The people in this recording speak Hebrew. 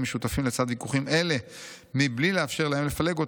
משותפים לצד ויכוחים אלה מבלי לאפשר להם לפלג אותה.